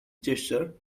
gesture